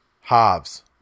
Halves